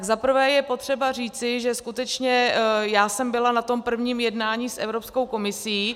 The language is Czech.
Tak za prvé je potřeba říci, že skutečně já jsem byla na tom prvním jednání s Evropskou komisí.